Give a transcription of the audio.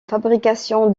fabrication